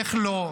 איך לא?